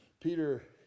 Peter